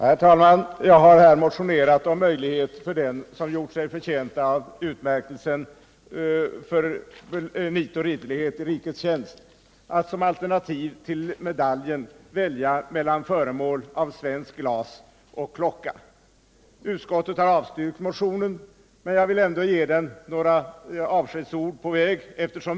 Herr talman! Jag har motionerat om möjlighet för dem som gjort sig förtjänta av utmärkelse för nit och redlighet i rikets tjänst att som alternativ till medaljen välja mellan föremål av svenskt glas och klocka. Utskottet har avstyrkt motionen, men jag vill ändå ge den några avskedsord.